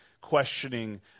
questioning